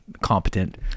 competent